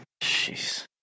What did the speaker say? Jeez